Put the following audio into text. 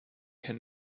and